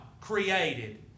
created